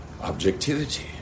objectivity